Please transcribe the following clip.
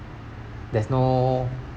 there's no